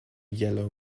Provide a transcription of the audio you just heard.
yellow